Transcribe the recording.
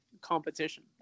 competition